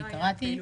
אני קראתי.